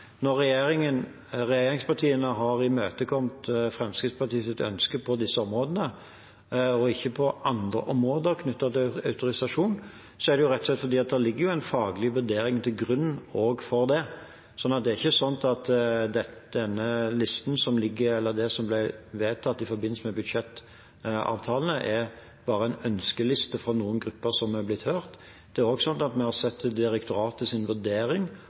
Når regjeringspartiene har imøtekommet Fremskrittspartiets ønske på disse områdene, og ikke på andre områder knyttet til autorisasjon, er det rett og slett fordi det ligger en faglig vurdering til grunn for det. Det er ikke slik at denne listen, eller det som blir vedtatt i forbindelse med en budsjettavtale, bare er en ønskeliste fra noen grupper som er blitt hørt. Det er også slik at vi har sett direktoratets vurdering